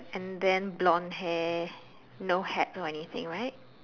and then blonde hair no hat or anything right